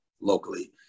locally